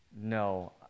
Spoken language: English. no